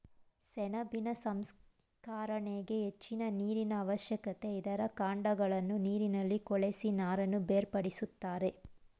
ಸೆಣಬಿನ ಸಂಸ್ಕರಣೆಗೆ ಹೆಚ್ಚಿನ ನೀರಿನ ಅವಶ್ಯಕತೆ ಇದೆ, ಇದರ ಕಾಂಡಗಳನ್ನು ನೀರಿನಲ್ಲಿ ಕೊಳೆಸಿ ನಾರನ್ನು ಬೇರ್ಪಡಿಸುತ್ತಾರೆ